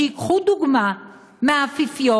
שייקחו דוגמה מהאפיפיור,